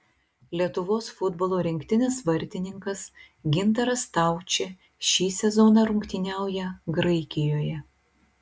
lietuvos futbolo rinktinės vartininkas gintaras staučė šį sezoną rungtyniauja graikijoje